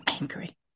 angry